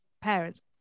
parents